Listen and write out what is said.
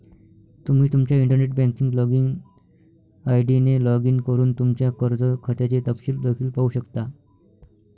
तुम्ही तुमच्या internet banking login ID ने लॉग इन करून तुमच्या कर्ज खात्याचे तपशील देखील पाहू शकता